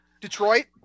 Detroit